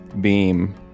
beam